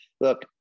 look